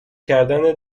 کردن